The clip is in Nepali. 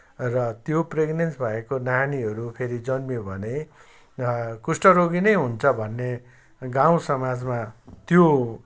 र त्यो प्रेग्नेन्ट भएको नानीहरू फेरि जन्मियो भने कुष्ठरोगी नै हुन्छ भन्ने गाउँ समाजमा त्यो